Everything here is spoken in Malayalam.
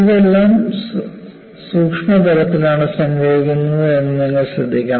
ഇതെല്ലാം സൂക്ഷ്മതലത്തിലാണ് സംഭവിക്കുന്നത് എന്നത് നിങ്ങൾ ശ്രദ്ധിക്കണം